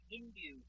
Hindu